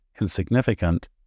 insignificant